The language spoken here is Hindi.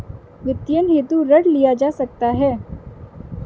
वित्तीयन हेतु ऋण लिया जा सकता है